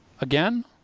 again